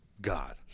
God